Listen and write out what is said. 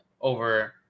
over